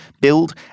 build